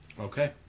Okay